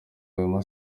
wema